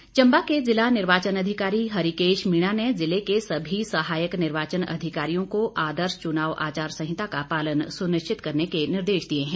DC Chamba Chamba के जिला निर्वाचन अधिकारी हरिकेश मीणा ने जिले के सभी सहायक निर्वाचन अधिकारियों को आदर्श चुनाव आचार संहिता का पालन सुनिश्चित करने के निर्देश दिए हैं